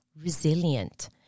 Resilient